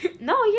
no